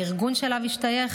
הארגון שאליו השתייך